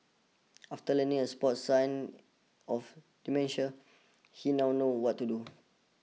after learning a spot sign of dementia he now knows what to do